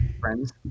friends